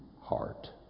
heart